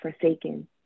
forsaken